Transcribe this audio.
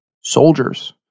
soldiers